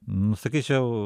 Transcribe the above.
nu sakyčiau